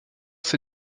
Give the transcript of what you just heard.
ses